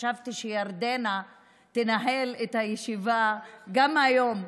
חשבתי שירדנה תנהל את הישיבה גם היום.